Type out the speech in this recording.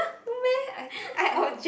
no meh I I